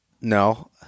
no